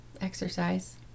exercise